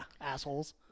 assholes